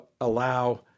allow